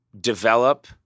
develop